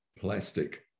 plastic